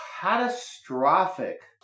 catastrophic